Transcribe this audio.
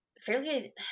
fairly